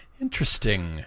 Interesting